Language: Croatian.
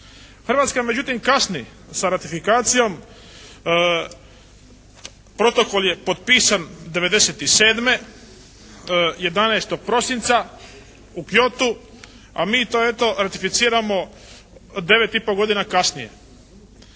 Hrvatska međutim kasni sa ratifikacijom, protokol je potpisan 1997. 11. prosinca u Kyotu a mi to eto ratificiramo devet i pol godina kasnije.